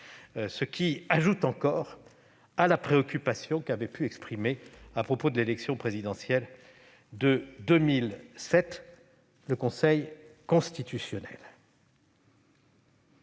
ce qui ajoute encore à la préoccupation qu'avait pu exprimer, à propos de l'élection présidentielle de 2007, le Conseil constitutionnel.